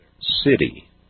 city